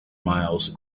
miles